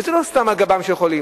וזה לא סתם על גבם של החולים.